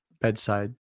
bedside